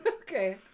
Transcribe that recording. Okay